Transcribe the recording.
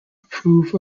approve